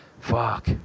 fuck